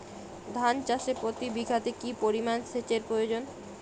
ধান চাষে প্রতি বিঘাতে কি পরিমান সেচের প্রয়োজন?